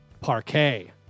parquet